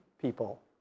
people